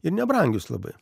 ir nebrangius labai